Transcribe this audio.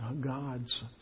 God's